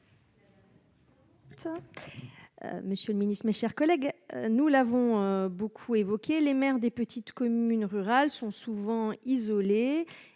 monsieur le Ministre, mes chers collègues, nous l'avons beaucoup évoqué, les maires des petites communes rurales sont souvent isolés